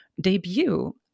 debut